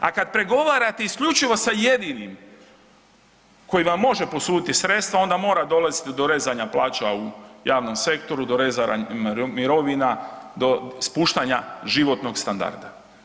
A kada pregovarate isključivo sa jedinim koji vam može posuditi sredstva onda mora dolaziti do rezanja plaća u javnom sektoru, do rezanja mirovina, do spuštanja životnog standarda.